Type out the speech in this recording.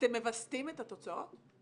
אתם מווסתים את התוצאות?